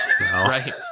Right